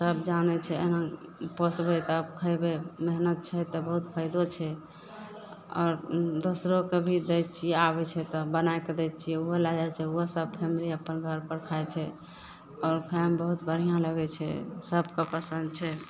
सब जानय छै एना पोसबय तब खयबय मेहनत छै तऽ बहुत फायदो छै आओर दोसरोके भी दै छियै आबय छै तऽ बना कऽ दै छियै उहो लए जाइ छै ओहो सब फैमिली अपन घरपर खाइ छै आओर खाइमे बहुत बढ़िआँ लगय छै सबके पसन्द छै